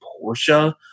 Portia